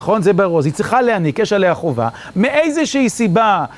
נכון, זה ברור, זה צריכה להניק קשר עליה חובה, מאיזושהי סיבה.